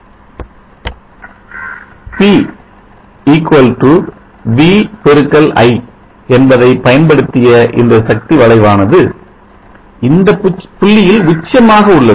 P v x i என்பதை பயன்படுத்திய இந்த சக்தி வளைவானது இந்தப் புள்ளியில் உச்சமாக உள்ளது